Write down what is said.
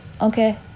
Okay